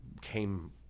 came